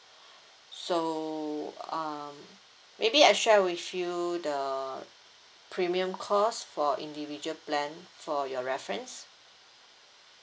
so um maybe I share with you the premium cost for individual plan for your reference